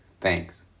Thanks